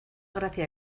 gracia